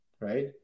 right